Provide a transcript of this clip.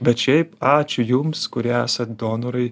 bet šiaip ačiū jums kurie esat donorai